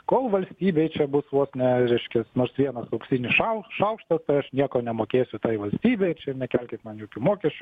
kol valstybėj čia bus vos ne reiškias nors vienas auksinis šaukš šaukštas tai aš nieko nemokėsiu tai valstybei čia ir nekelkit man jokių mokesčių